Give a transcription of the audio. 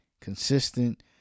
consistent